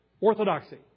Orthodoxy